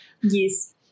Yes